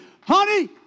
Honey